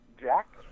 Jack